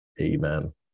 Amen